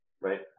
Right